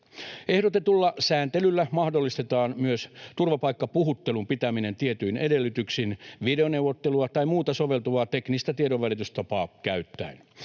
Ehdotetulla sääntelyllä mahdollistetaan myös turvapaikkapuhuttelun pitäminen tietyin edellytyksin videoneuvottelua tai muuta soveltuvaa teknistä tiedonvälitystapaa käyttäen.